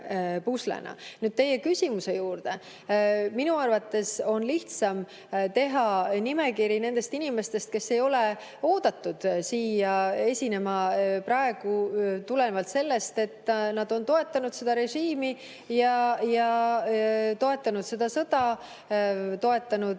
tulen teie küsimuse juurde. Minu arvates on lihtsam teha nimekiri nendest inimestest, kes ei ole praegu oodatud siia esinema tulenevalt sellest, et nad on toetanud seda režiimi, toetanud seda sõda, toetanud